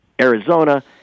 Arizona